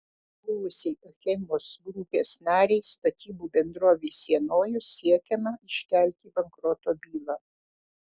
buvusiai achemos grupės narei statybų bendrovei sienojus siekiama iškelti bankroto bylą